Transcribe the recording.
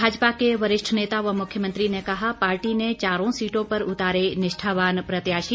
भाजपा के वरिष्ठ नेता व मुख्यमंत्री ने कहा पार्टी ने चारों सीटों पर उतारे निष्ठावान प्रत्याशी